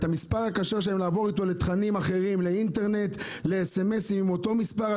ואת המספר הכשר שלהם ולעבור איתו לתכני אינטרנט וSMS עם אותו מספר,